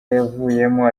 yavuyemo